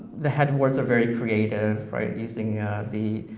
the headboards are very creative using the